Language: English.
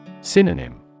Synonym